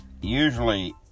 usually